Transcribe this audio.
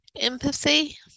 empathy